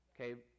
okay